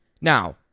Now